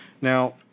Now